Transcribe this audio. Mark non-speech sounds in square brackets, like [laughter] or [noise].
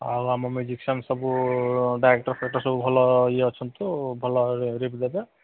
ଆଉ ଆମ ମ୍ୟୁଜିିସିଆନ୍ ସବୁ ଡ଼ାଇରେକ୍ଟରଫାଇରେକ୍ଟର ସବୁ ଭଲ ଇଏ ଅଛନ୍ତୁ ଭଲ [unintelligible] ଦେବେ